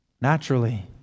naturally